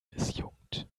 disjunkt